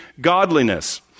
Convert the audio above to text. godliness